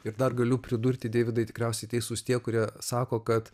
ir dar galiu pridurti deividai tikriausiai teisus tie kurie sako kad